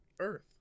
Earth